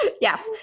Yes